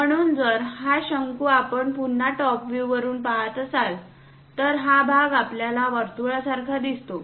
म्हणून जर हा शंकू आपण पुन्हा टॉप व्ह्यूवरून पहात असाल तर हा भाग आपल्याला वर्तुळासारखा दिसतो